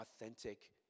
authentic